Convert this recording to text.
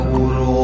Guru